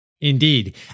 Indeed